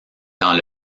dans